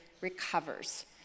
recovers